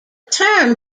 term